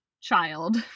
child